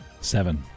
Seven